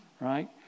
right